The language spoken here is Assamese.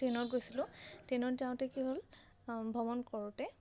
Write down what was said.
ট্ৰেইনত গৈছিলোঁ ট্ৰেইনত যাওঁতে কি হ'ল ভ্ৰমণ কৰোঁতে